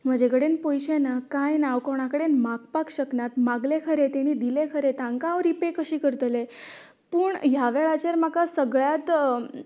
म्हजे कडेन पयशें ना कांय ना हांव कोणा कडेन मागपाक शकना मागले खरें तेणी दिले खरें तांकां हांव रिपे कशें करतले पूण ह्या वेळाचेर म्हाका सगळ्यांत